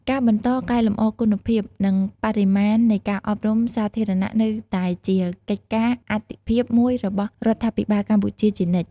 ការបន្ត កែលម្អគុណភាព និងបរិមាណ នៃការអប់រំសាធារណៈនៅតែជាកិច្ចការអាទិភាពមួយរបស់រដ្ឋាភិបាលកម្ពុជាជានិច្ច។